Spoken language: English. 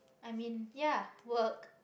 I mean ya work